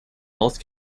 north